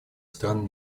стран